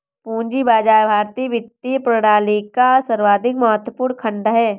पूंजी बाजार भारतीय वित्तीय प्रणाली का सर्वाधिक महत्वपूर्ण खण्ड है